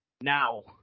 Now